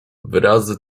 wyrazy